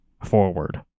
forward